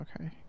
okay